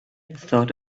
thought